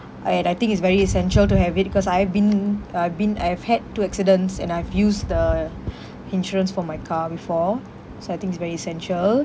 and I think it's very essential to have it cause I have been I've been I've had two accidents and I've used the insurance for my car before so I think is very essential